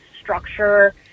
structure